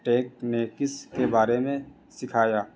techniques کے بارے میں سکھایا